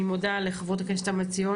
אני מודה לחברות הכנסת המציעות,